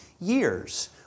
years